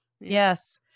yes